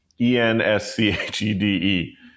E-N-S-C-H-E-D-E